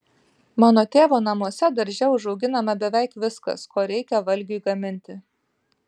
mano tėvo namuose darže užauginama beveik viskas ko reikia valgiui gaminti